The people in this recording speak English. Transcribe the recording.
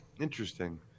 Interesting